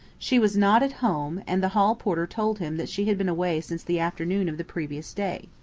she was not at home, and the hall porter told him that she had been away since the afternoon of the previous day.